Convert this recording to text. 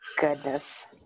Goodness